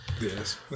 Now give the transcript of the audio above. Yes